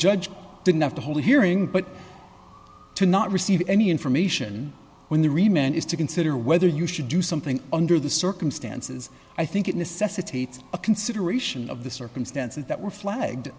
judge didn't have to hold a hearing but to not receive any information when the reman is to consider whether you should do something under the circumstances i think it necessitates a consideration of the circumstances that were flagged